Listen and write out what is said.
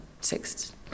six